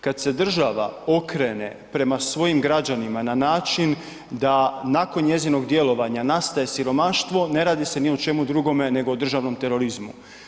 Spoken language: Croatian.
Kada se država okrene prema svojim građanima na način da nakon njezinog djelovanja nastaje siromaštvo ne radi se ni o čemu drugome nego o državnom terorizmu.